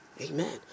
amen